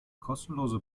kostenlose